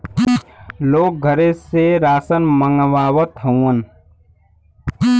लोग घरे से रासन मंगवावत हउवन